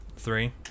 Three